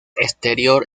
exterior